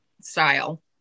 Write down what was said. style